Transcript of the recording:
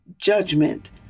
judgment